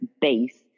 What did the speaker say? base